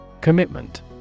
Commitment